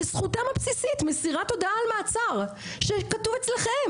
וזכותם הבסיסית מסירת הודעה על מעצר שכתוב אצלכם